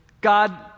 God